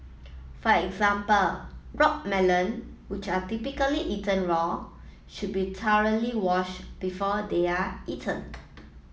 for example rock melon which are typically eaten raw should be thoroughly washed before they are eaten